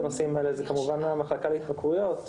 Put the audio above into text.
הנושאים האלה זאת כמובן המחלקה להתמכרויות,